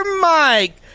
Mike